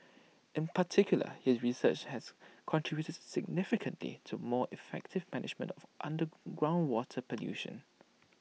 in particular his research has contributed significantly to more effective management of groundwater pollution